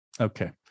Okay